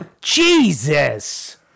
Jesus